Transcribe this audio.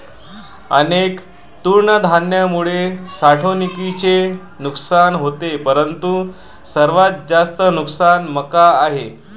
अनेक तृणधान्यांमुळे साठवणुकीचे नुकसान होते परंतु सर्वात जास्त नुकसान मका आहे